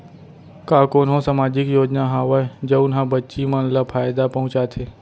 का कोनहो सामाजिक योजना हावय जऊन हा बच्ची मन ला फायेदा पहुचाथे?